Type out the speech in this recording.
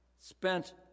spent